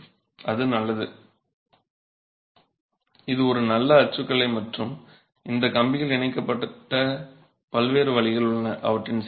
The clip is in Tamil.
எனவே அது நல்லது இது ஒரு நல்ல அச்சுக்கலை மற்றும் இந்த கம்பிகள் இணைக்கப்பட்ட பல்வேறு வழிகள் உள்ளன